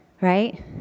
Right